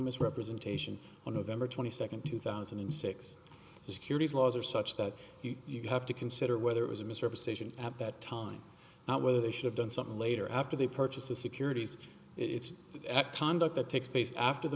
misrepresentation on nov twenty second two thousand and six the securities laws are such that you have to consider whether it was a misrepresentation at that time whether they should have done something later after they purchased the securities it's at conduct that takes place after the